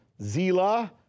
Zila